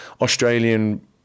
Australian